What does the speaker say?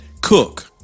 Cook